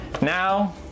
Now